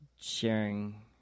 sharing